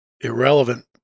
irrelevant